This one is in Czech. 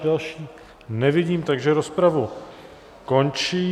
Další už nevidím, takže rozpravu končím.